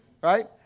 right